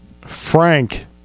Frank